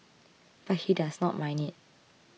but he does not mind it